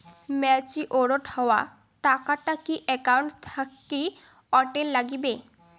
Matured হওয়া টাকাটা কি একাউন্ট থাকি অটের নাগিবে?